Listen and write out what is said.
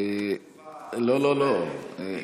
לא, לא, לא.